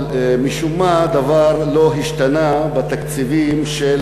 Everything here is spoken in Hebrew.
אבל משום מה דבר לא השתנה בתקציבים של